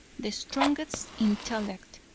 the strongest intellect,